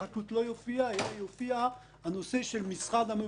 יופיע אלא יופיע הנושא של המשרד הממונה.